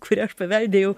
kurią aš paveldėjau